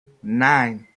nine